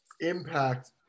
impact